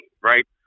right